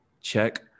check